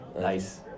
nice